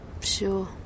Sure